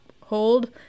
hold